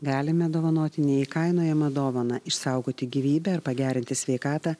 galime dovanoti neįkainojamą dovaną išsaugoti gyvybę ir pagerinti sveikatą